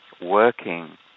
working